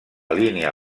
línia